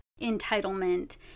entitlement